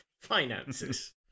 finances